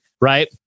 Right